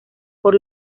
por